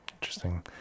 Interesting